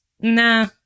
nah